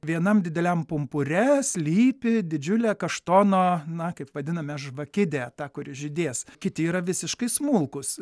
vienam dideliam pumpure slypi didžiulė kaštono na kaip vadiname žvakidė ta kuri žydės kiti yra visiškai smulkūs